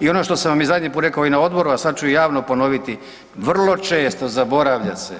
I ono što sam vam i zadnji put rekao i na odboru, a sad ću i javno ponoviti vrlo često zaboravlja se